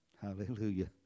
Hallelujah